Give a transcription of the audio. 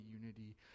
unity